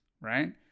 right